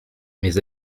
mes